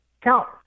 count